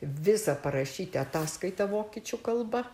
visą parašyti ataskaitą vokiečių kalba